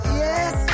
yes